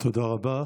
תודה רבה.